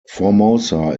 formosa